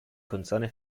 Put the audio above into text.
konzerne